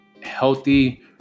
healthy